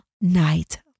night